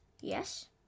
Yes